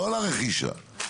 לא לרכישה.